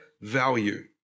value